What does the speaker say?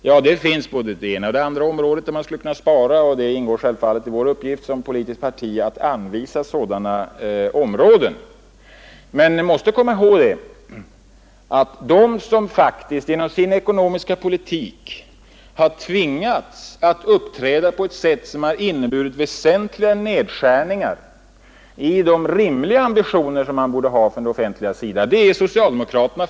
Ja, man skulle kunna spara både på det ena och det andra området, och det är självfallet vår uppgift som politiskt parti att anvisa sådana områden. Men Ni måste komma ihåg att de som genom sin ekonomiska politik har tvingats att uppträda på ett sätt som har inneburit väsentliga nedskärningar i de rimliga ambitioner som man borde ha från den offentliga sidan det är socialdemokraterna.